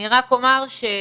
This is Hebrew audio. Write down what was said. אני רק אומר שבסוף,